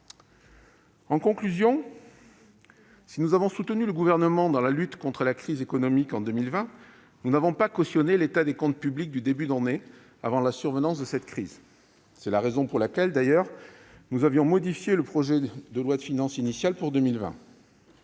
En conclusion, si nous avons soutenu le Gouvernement dans la lutte contre la crise économique en 2020, nous n'avons pas cautionné l'état des comptes publics du début d'année, avant la survenance de cette crise. C'est d'ailleurs la raison pour laquelle nous avons modifié le projet de loi de finances initiale pour 2020.